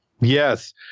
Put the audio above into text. Yes